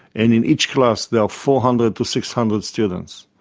and in each class there are four hundred to six hundred students,